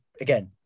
again